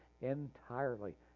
entirely